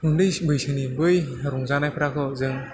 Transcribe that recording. उन्दै बैसोनि बै रंजानाफोरखौ जों